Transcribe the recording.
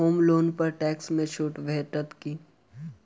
होम loan पर tax मे छुट भेटत की